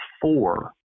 four